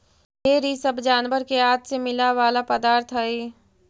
भेंड़ इ सब जानवर के आँत से मिला वाला पदार्थ हई